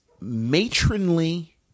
matronly